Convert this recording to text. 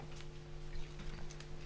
(היו"ר מיכאל מלכיאלי, 18:50)